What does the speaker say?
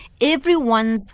everyone's